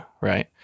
right